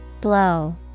Blow